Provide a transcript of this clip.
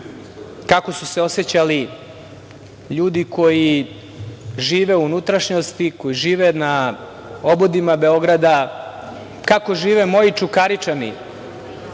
kako su se osećali ljudi koji žive u unutrašnjosti i koji žive na obodima Beograda, kako žive moji Čukaričani,